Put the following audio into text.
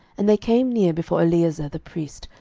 and they came near before eleazar the priest,